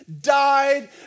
died